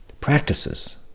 Practices